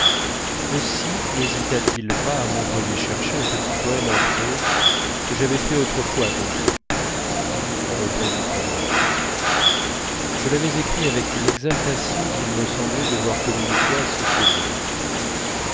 aussi nhésita t il pas à m'envoyer chercher un petit poème en prose que j'avais fait autrefois à combray en revenant d'une promenade je l'avais écrit avec une exaltation qu'il me semblait devoir communiquer à ceux qui le liraient